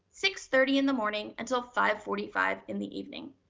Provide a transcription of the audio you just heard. six thirty in the morning until five forty five in the evening.